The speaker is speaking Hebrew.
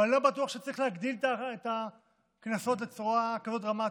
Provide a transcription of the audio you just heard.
ואני לא בטוח שצריך להגדיל את הקנסות בצורה כזאת דרמטית,